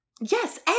Yes